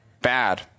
bad